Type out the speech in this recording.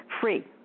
free